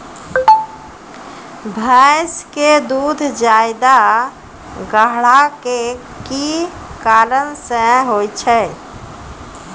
भैंस के दूध ज्यादा गाढ़ा के कि कारण से होय छै?